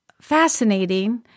fascinating